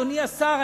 אדוני השר,